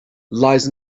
lies